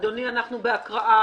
אדוני, אנחנו בהקראה.